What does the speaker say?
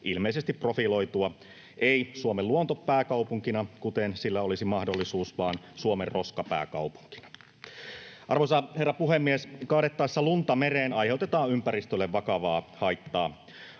ilmeisesti profiloitua — ei Suomen luontopääkaupunkina, kuten sillä olisi mahdollisuus — Suomen roskapääkaupunkina. Arvoisa herra puhemies! Kaadettaessa lunta mereen aiheutetaan ympäristölle vakavaa haittaa.